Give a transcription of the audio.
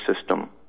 system